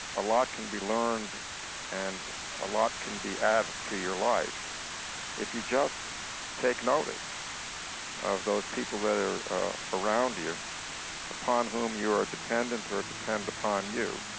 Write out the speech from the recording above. a lot can be learned and a lot can be added to your life if you just take notice of those people that are around you upon whom you are dependent or depend upon you.